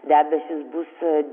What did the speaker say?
debesys bus